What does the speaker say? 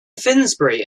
finsbury